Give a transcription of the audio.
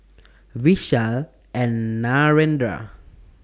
Vishal and Narendra